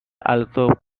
also